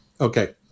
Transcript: Okay